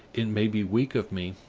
it may be weak of me,